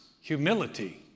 humility